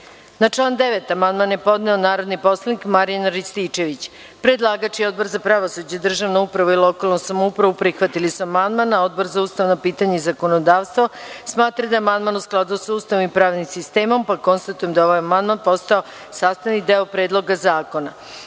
član 9. amandman je podneo narodni poslanik Marijan Rističević. Predlagač i Odbor za pravosuđe, državnu upravu i lokalnu samoupravu prihvatili su amandman. Odbor za ustavna pitanja i zakonodavstvo smatra da je amandman u skladu sa Ustavom i pravnim sistemom. Konstatujem da je ovaj amandman postao sastavni deo Predloga zakona. Na